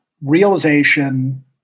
realization